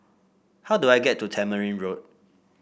how do I get to Tamarind Road